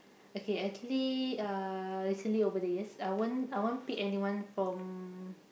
okay actually uh recently over the years I won't I won't pick anyone from